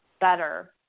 better